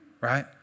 right